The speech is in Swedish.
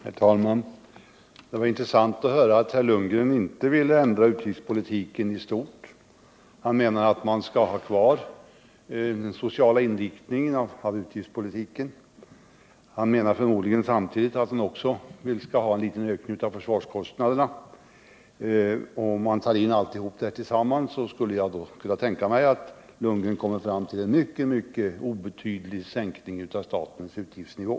Herr talman! Det var intressant att höra att herr Lundgren inte vill ändra utgiftspolitiken i stort. Han anser att vi skall ha kvar den sociala inriktningen. Han menar förmodligen att det också bör ske en ökning av försvarskostnaderna. Om man tar alltihop detta tillsammans, så kan jag tänka mig att herr Lundgren kommer fram till en mycket mycket obetydlig sänkning av statens utgiftsnivå.